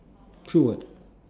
true [what]